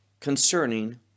concerning